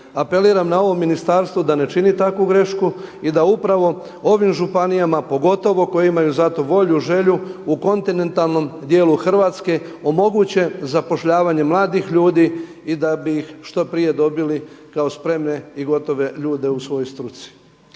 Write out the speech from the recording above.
Apeliram na ovo ministarstvo da ne čini takvu grešku i da upravo ovim županijama, pogotovo koje imaju za to volju, želju u kontinentalnom dijelu Hrvatske omoguće zapošljavanje mladih ljudi i da bi ih što prije dobili kao spremne i gotove ljude u svojoj struci.